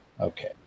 Okay